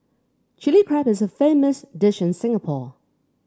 Chilli Crab is a famous dish in Singapore